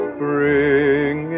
Spring